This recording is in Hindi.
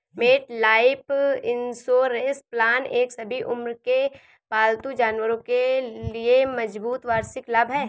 मेटलाइफ इंश्योरेंस प्लान एक सभी उम्र के पालतू जानवरों के लिए मजबूत वार्षिक लाभ है